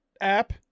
app